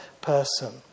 person